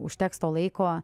užteks to laiko